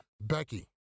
Becky